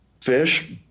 fish